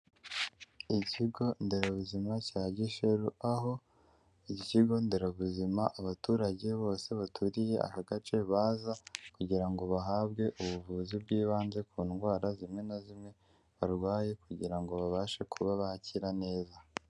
Ikigo nderabuzima cya Gisheru, aho iki kigo nderabuzima abaturage bose baturiye aka gace baza kugira ngo bahabwe ubuvuzi bw'ibanze ku ndwara zimwe na zimwe barwaye kugira ngo babashe kuba bakira neza.